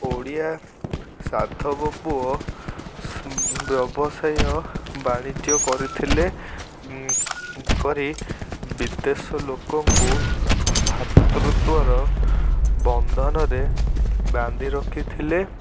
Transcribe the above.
ଓଡ଼ିଆ ସାଧବ ପୁଅ ବ୍ୟବସାୟ ବାଣିଜ୍ୟ କରିଥିଲେ କରି ବିଦେଶ ଲୋକଙ୍କୁ ଭାତୃତ୍ୱର ବନ୍ଧନରେ ବାନ୍ଧି ରଖିଥିଲେ